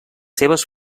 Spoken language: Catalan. seves